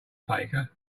faker